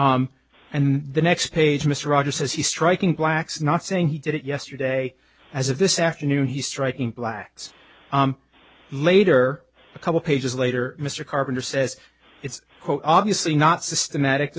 and the next page mr rogers says he's striking blacks not saying he did it yesterday as of this afternoon he's striking blacks later a couple pages later mr carpenter says it's obviously not systematic